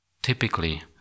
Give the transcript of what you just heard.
Typically